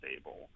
stable